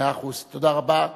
מאה אחוז, תודה רבה.